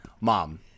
mom